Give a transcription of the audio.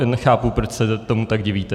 Nechápu, proč se tomu tak divíte.